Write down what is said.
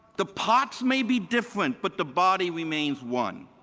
the parts may be different, but the body remains one.